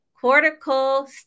Cortical